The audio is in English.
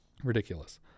Ridiculous